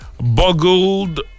Boggled